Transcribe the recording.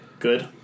Good